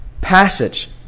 passage